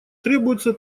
требуется